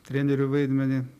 trenerio vaidmenį